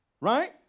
Right